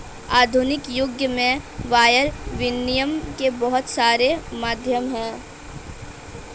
आधुनिक युग में वायर विनियम के बहुत सारे माध्यम हैं